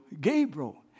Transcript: Gabriel